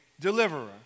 deliverer